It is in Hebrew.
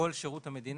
בכל שירות המדינה.